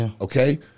Okay